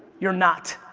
you're not.